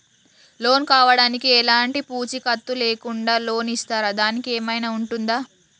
Loan కావడానికి ఎలాంటి పూచీకత్తు లేకుండా లోన్ ఇస్తారా దానికి ఏమైనా ఉంటుందా?